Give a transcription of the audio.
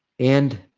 and